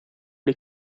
dei